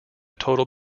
total